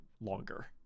longer